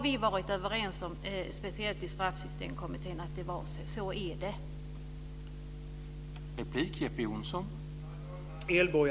Vi har speciellt i Straffsystemkommittén varit överens om att det är ett fängelsestraff.